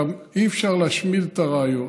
כך שאי-אפשר להשמיד את הראיות,